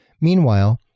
Meanwhile